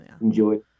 Enjoy